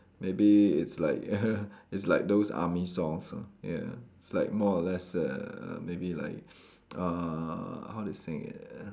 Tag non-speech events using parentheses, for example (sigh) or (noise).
maybe it's like (laughs) it's like those army songs ah ya it's like more or less err maybe like uh how to sing it err